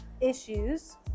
issues